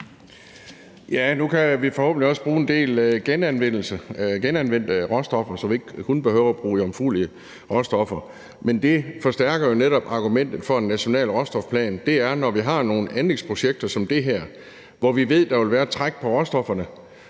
(V): Nu kan vi forhåbentlig også bruge en del genanvendte råstoffer, så vi ikke kun behøver bruge jomfruelige råstoffer. Men det forstærker jo netop argumentet for en national råstofplan. Når vi har nogle anlægsprojekter som det her, hvor vi ved, at der vil være et træk på råstofferne